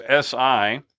SI